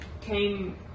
came